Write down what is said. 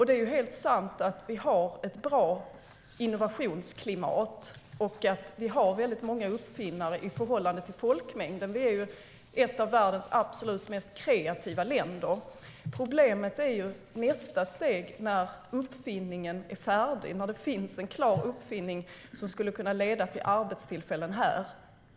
Det är helt sant att vi har ett bra innovationsklimat och har många uppfinnare i förhållande till folkmängden. Vi är ju ett av världens absolut mest kreativa länder. Problemet är nästa steg, när uppfinningen är färdig, när det finns en klar uppfinning som skulle kunna leda till arbetstillfällen här.